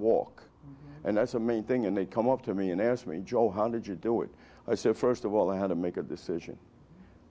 walk and that's a main thing and they come up to me and asked me joe hundred you do it i said first of all i had to make a decision